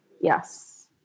Yes